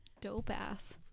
dope-ass